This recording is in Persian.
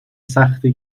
سخته